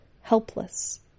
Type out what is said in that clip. Helpless